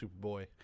Superboy